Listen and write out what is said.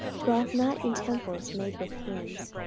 dwelleth not in temples made with hands